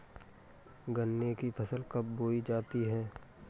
गन्ने की फसल कब बोई जाती है?